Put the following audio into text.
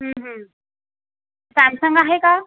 Samsung आहे का